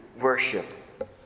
worship